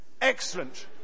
Excellent